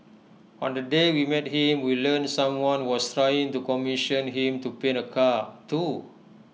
on the day we met him we learnt someone was trying to commission him to paint A car too